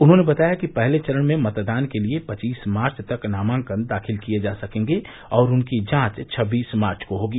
उन्होंने बताया कि पहले चरण में मतदान के लिये पचीस मार्च तक नामांकन दाखिल किये जा सकेंगे और उनकी जांच छब्बीस मार्च को होगी